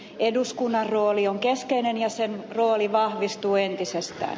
eduskunnan rooli on keskeinen ja sen rooli vahvistuu entisestään